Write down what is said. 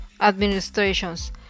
administrations